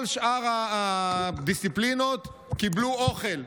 כל שאר הדיסציפלינות קיבלו אוכל,